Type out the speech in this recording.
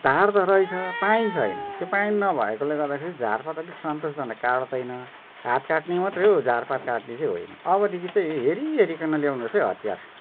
धार त रहेछ पाइन छैन त्यो पाइन नभएकोले गर्दाखेरि झारपात अलिक सन्तोषजनक काट्दैन हात काट्ने मात्रै हो झारपात काट्ने चाहिँ होइन अबदेखि चाहिँ यी हेरि हेरिकन ल्याउनुहोस् है हतियार